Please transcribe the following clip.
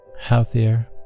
healthier